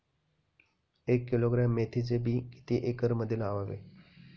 एक किलोग्रॅम मेथीचे बी किती एकरमध्ये लावावे?